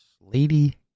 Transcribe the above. Lady